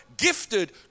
gifted